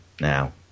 Now